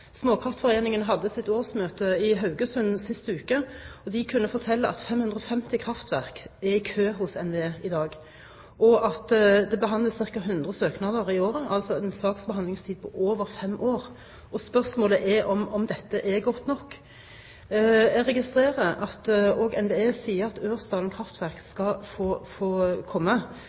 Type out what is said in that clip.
hadde sitt årsmøte i Haugesund sist uke. De kunne fortelle at 550 kraftverk står i kø hos NVE i dag, og at det behandles ca. 100 søknader i året – altså en saksbehandlingstid på over fem år. Spørsmålet er om dette er godt nok. Jeg registrerer at også NVE sier at Ørsdalen kraftverk skal få komme